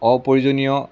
অপ্ৰয়োজনীয়